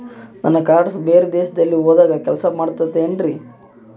ನನ್ನ ಕಾರ್ಡ್ಸ್ ಬೇರೆ ದೇಶದಲ್ಲಿ ಹೋದಾಗ ಕೆಲಸ ಮಾಡುತ್ತದೆ ಏನ್ರಿ?